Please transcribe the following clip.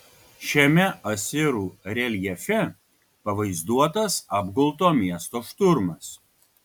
šiame asirų reljefe pavaizduotas apgulto miesto šturmas